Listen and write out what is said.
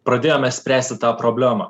pradėjome spręsti tą problemą